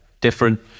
different